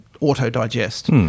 auto-digest